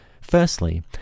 Firstly